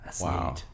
wow